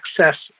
access